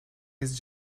his